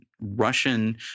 Russian